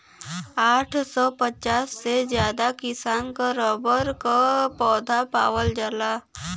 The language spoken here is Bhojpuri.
आठ सौ पचास से ज्यादा किसिम क रबर क पौधा पावल जाला